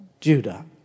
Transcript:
Judah